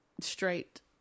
Straight